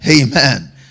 amen